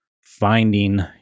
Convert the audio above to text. finding